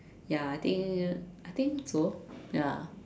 ya I think I think so ya